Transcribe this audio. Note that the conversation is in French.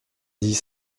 dix